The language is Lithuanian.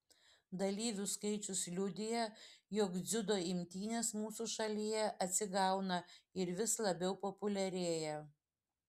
dalyvių skaičius liudija jog dziudo imtynės mūsų šalyje atsigauna ir vis labiau populiarėja